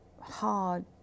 hard